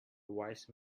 wise